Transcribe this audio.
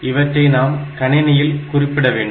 இவற்றை நாம் கணினியில் குறிப்பிட வேண்டும்